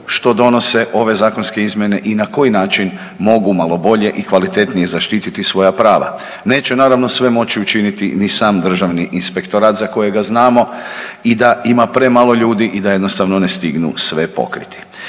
što donose ove zakonske izmjene i na koji način mogu malo bolje i kvalitetnije zaštititi svoja prava. Neće naravno moći učiniti ni sam državni inspektorat za kojega znamo i da ima premalo ljudi i da jednostavno ne stignu sve pokriti.